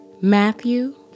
Matthew